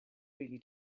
really